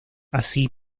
así